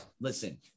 Listen